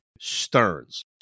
Stearns